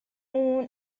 اون